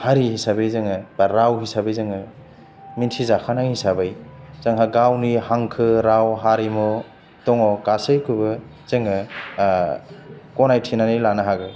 हारि हिसाबै जोङो बा राव हिसाबै जोङो मिथिजाखानाय हिसाबै जोंहा गावनि हांखो राव हारिमु दङ गासैखौबो जोङो गनायथिनानै लानो हागोन